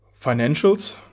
financials